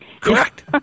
Correct